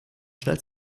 schnell